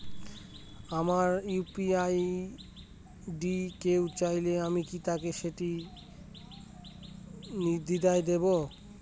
আমার UPI ID কেউ চাইলে কি আমি তাকে সেটি নির্দ্বিধায় দেব?